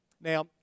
Now